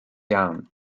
iawn